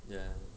ya